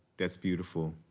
that's beautiful.